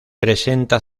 presenta